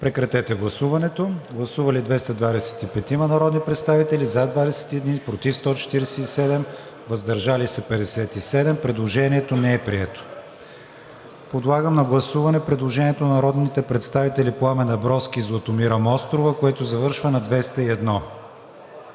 което завършва на 200. Гласували 225 народни представители: за 21, против 147, въздържали се 57. Предложението не е прието. Подлагам на гласуване предложението на народните представители Пламен Абровски, Златомира Мострова, което завършва на 201.